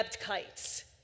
kites